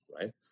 right